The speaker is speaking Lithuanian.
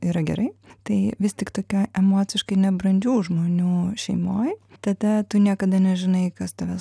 yra gerai tai vis tik tokia emociškai nebrandžių žmonių šeimoj tada tu niekada nežinai kas tavęs